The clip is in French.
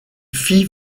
fit